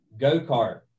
go-kart